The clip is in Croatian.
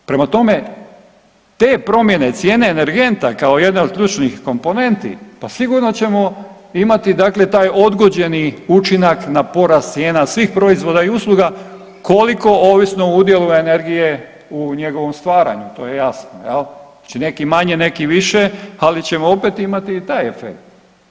Prema tome, te promjene cijene energenta kao jedne od ključnih komponenti, pa sigurno ćemo imati dakle taj odgođeni učinak na porast cijena svih proizvoda i usluga, koliko, ovisno o udjelu energije u njegovom stvaranju, to je jasno jel, znači neki manje, neki više, ali ćemo opet imati i taj efekt.